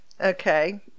Okay